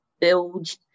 build